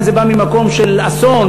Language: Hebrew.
לפעמים זה בא ממקום של אסון,